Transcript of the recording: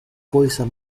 coisa